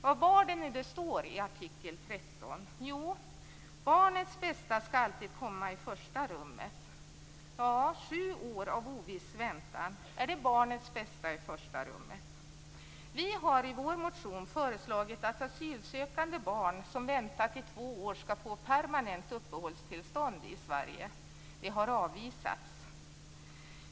Vad är det nu som står i artikel 13? Jo, barnets bästa skall alltid komma i första rummet. Sju år av oviss väntan, är det barnets bästa i första rummet? Vi har i vår motion föreslagit att asylsökande barn som väntat i två år skall få permanent uppehållstillstånd i Sverige. Det har avvisats.